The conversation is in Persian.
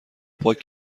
پاک